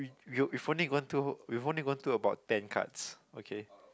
we we've only gone through we've only gone through about ten cards okay